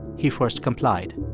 he first complied.